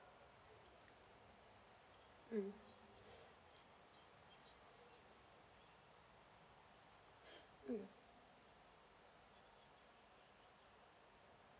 mm mm